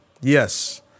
yes